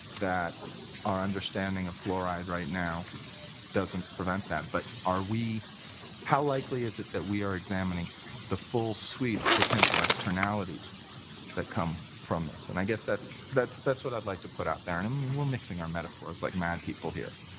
that our understanding of fluoride right now doesn't prevent that. but are we how likely is it that we are examining the full suite of potential externalities that come from this? and i guess that's that's what i'd like to put out there. and um we're mixing our metaphors like mad people here,